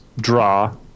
draw